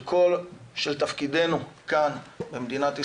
של תפקידנו כאן במדינת ישראל.